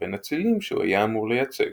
לבין הצלילים שהוא היה אמור לייצג.